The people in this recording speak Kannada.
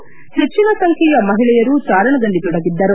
ಪೆಟ್ಟನ ಸಂಬ್ಲೆಯ ಮಹಿಳೆಯರು ಚಾರಣದಲ್ಲಿ ತೊಡಗಿದ್ದರು